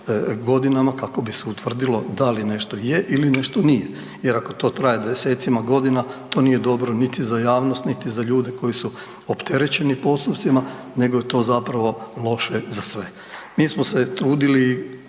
godinama kako bi se utvrdilo da li nešto je ili nešto nije jer ako to traje 10-cima godina to nije dobro niti za javnost, niti za ljude koji su opterećeni postupcima nego je to zapravo loše za sve. Mi smo se trudili